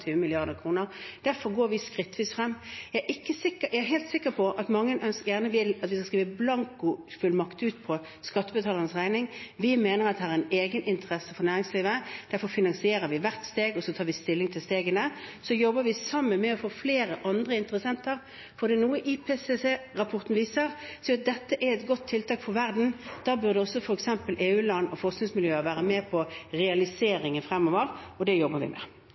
Derfor går vi skrittvis frem. Jeg er helt sikker på at mange gjerne vil at vi skal skrive ut blankofullmakt på skattebetalernes regning. Vi mener at det her er en egeninteresse for næringslivet. Derfor finansierer vi hvert steg, og så tar vi stilling til stegene. Så jobber vi sammen med å få flere andre interessenter, for er det noe IPCC-rapporten viser, er det at dette er et godt tiltak for verden. Da burde også f.eks. EU-land og forskningsmiljøer være med på realiseringen fremover, og det jobber vi med.